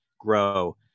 grow